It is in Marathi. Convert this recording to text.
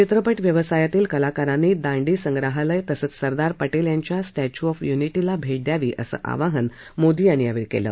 चित्रपट व्यवसायातील कलाकारांनी दांडी संग्राहालय तसंच सरदार पटेल यांच्या स्टॅच्यू ऑफ युनिटी ला भेट द्यावी असं आवाहन त्यांनी केलं